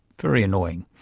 very annoying!